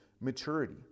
maturity